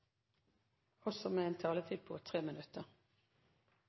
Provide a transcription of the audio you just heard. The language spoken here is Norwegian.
har han en taletid på 3 minutter.